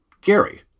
Gary